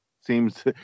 seems